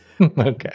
Okay